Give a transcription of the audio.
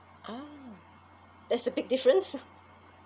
ah that's a big difference